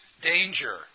danger